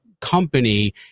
company